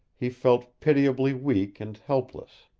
he felt pitiably weak and helpless.